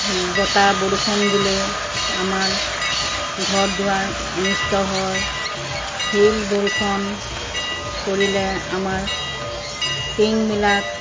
বতাহ বৰষুণ দিলে আমাৰ ঘৰ দুৱাৰ অনিষ্ট হয় শিল বৰষুণ পৰিলে আমাৰ টিংবিলাক